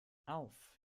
auf